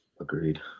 Agreed